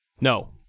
No